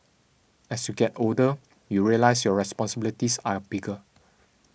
as you get older you realise your responsibilities are bigger